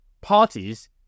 parties